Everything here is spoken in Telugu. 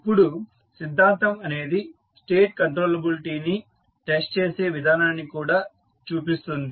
ఇపుడు సిద్ధాంతం అనేది స్టేట్ కంట్రోలబిలిటీ ని టెస్ట్ చేసే విధానాన్ని కూడా చూపిస్తుంది